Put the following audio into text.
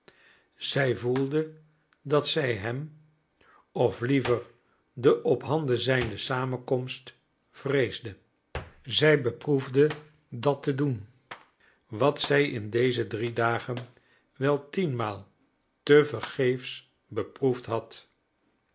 zij voelde dat zij hem of liever de op handen zijnde samenkomst vreesde zij beproefde dat te doen wat zij in deze drie dagen wel tienmaal te vergeefs beproefd had